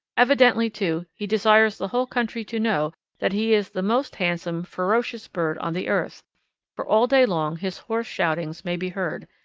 evidently, too, he desires the whole country to know that he is the most handsome, ferocious bird on the earth for all day long his hoarse shoutings may be heard,